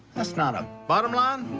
that's not a. bottom line,